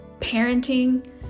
parenting